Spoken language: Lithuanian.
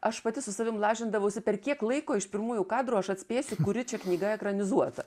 aš pati su savim lažindavausi per kiek laiko iš pirmųjų kadrų aš atspėsiu kuri čia knyga ekranizuota